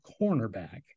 cornerback